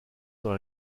dans